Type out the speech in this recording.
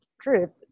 truth